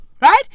Right